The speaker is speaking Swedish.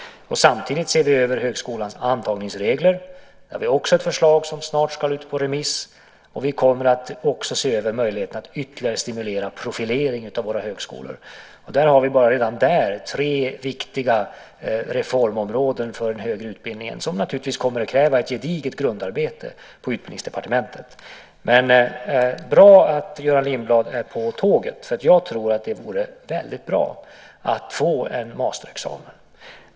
Samtidigt ser vi över högskolans antagningsregler. Där har vi också ett förslag som snart ska ut på remiss. Vi kommer också att se över möjligheterna att ytterligare stimulera profileringen av våra högskolor. Bara där har vi redan tre viktiga reformområden för den högre utbildningen som naturligtvis kommer att kräva ett gediget grundarbete på Utbildningsdepartementet. Det är bra att Göran Lindblad är med på tåget, för jag tror att det vore väldigt bra att införa en masterexamen.